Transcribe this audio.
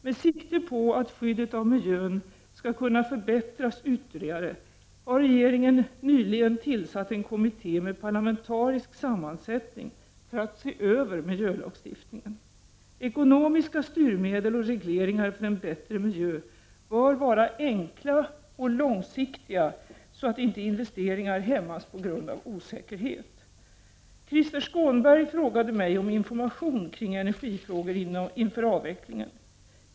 Med sikte på att skyddet av miljön skall kunna förbättras ytterligare har regeringen nyligen tillsatt en kommitté med parlamentarisk sammansättning för att se över miljölagstiftningen. Ekonomiska styrmedel och regleringar för en bättre miljö bör vara enkla och långsiktiga, så att inte investeringar hämmas på grund av osäkerhet. Krister Skånberg frågade mig om information kring energifrågor inför avvecklingen.